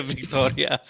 Victoria